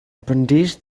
brandished